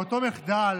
באותו מחדל,